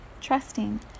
trusting